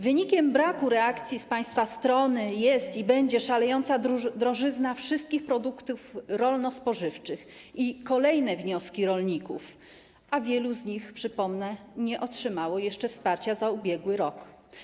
Wynikiem braku reakcji z państwa strony jest i będzie szalejąca drożyzna dotycząca wszystkich produktów rolno-spożywczych, a także będą kolejne wnioski rolników, a wielu z nich - przypomnę - nie otrzymało jeszcze wsparcia za ubiegły rok.